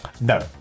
No